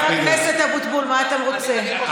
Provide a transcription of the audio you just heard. חבר הכנסת אבוטבול, מה אתה רוצה?